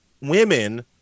women